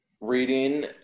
reading